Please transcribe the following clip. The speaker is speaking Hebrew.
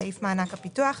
סעיף מענק הפיתוח.